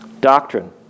Doctrine